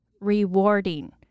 rewarding